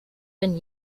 been